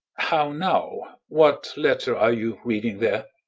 how now! what letter are you reading there?